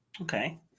Okay